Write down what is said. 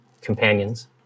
companions